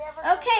Okay